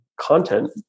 content